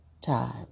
time